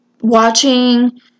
watching